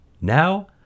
Now